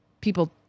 people